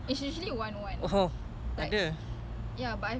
ya some is like that lah